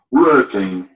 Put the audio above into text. working